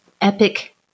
epic